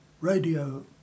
radio